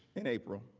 in april,